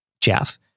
Jeff